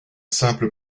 simple